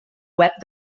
web